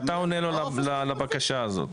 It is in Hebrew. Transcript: עוף --- ואתה עונה לו לבקשה הזאת?